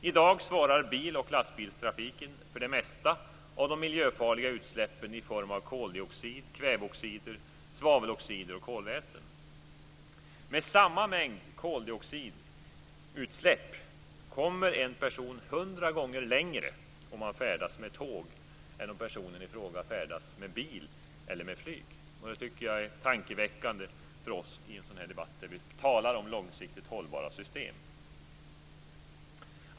I dag svarar bil och lastbilstrafiken för det mesta av de miljöfarliga utsläppen i form av koldioxid, kväveoxider, svaveloxider och kolväten. Med samma mängd koldioxidutsläpp kommer en person hundra gånger längre om han färdas med tåg än om personen i fråga färdas med bil eller flyg. Det tycker jag är tankeväckande för oss i en sådan här debatt där vi talar om långsiktigt hållbara system.